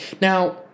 Now